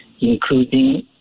including